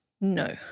No